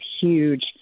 huge